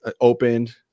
opened